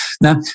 Now